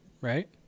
right